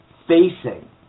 facing